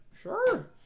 Sure